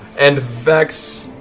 and vex.